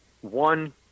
one